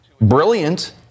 brilliant